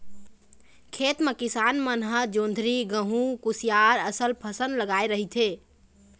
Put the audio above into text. खेत म किसान मन ह जोंधरी, गहूँ, कुसियार असन फसल लगाए रहिथे